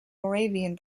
moravian